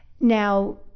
Now